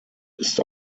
ist